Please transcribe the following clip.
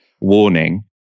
warning